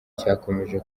cyakomeje